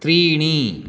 त्रीणि